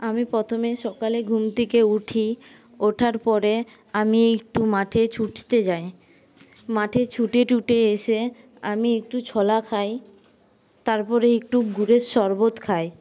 আমি প্রথমে সকালে ঘুম থেকে উঠি ওঠার পরে আমি একটু মাঠে ছুটতে যাই মাঠে ছুটে টুটে এসে আমি একটু ছোলা খাই তারপরে একটু গুড়ের শরবৎ খাই